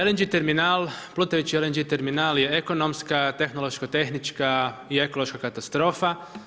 LNG terminal, plutajući LNG terminal je ekonomska tehnološka tehnička i ekološka katastrofa.